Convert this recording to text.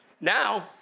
Now